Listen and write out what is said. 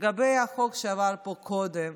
לגבי החוק שעבר פה קודם,